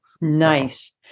Nice